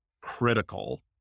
critical